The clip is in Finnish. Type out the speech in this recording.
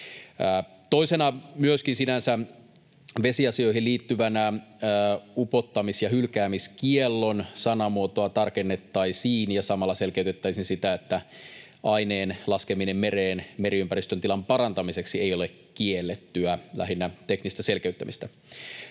Toisena myöskin sinänsä vesiasioihin liittyvänä upottamis- ja hylkäämiskiellon sanamuotoa tarkennettaisiin ja samalla selkeytettäisiin sitä, että aineen laskeminen mereen meriympäristön tilan parantamiseksi ei ole kiellettyä — lähinnä teknistä selkeyttämistä.